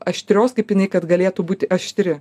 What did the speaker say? aštrios kaip jinai kad galėtų būt aštri